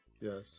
Yes